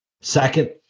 Second